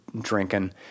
drinking